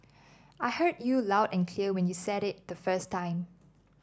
I heard you loud and clear when you said it the first time